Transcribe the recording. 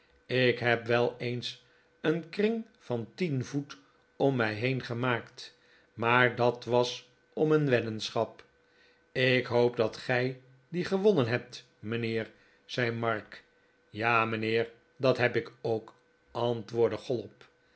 ik heb wel eens een kring van tien voet om mij heen gemaakt maar dat was om een weddenschap ik hoop dat gij die gewonnen hebt mijnheer zei mark r ja mijnheer dat heb ik ook antwoordde chollop